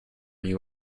you